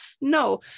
No